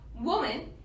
woman